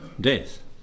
death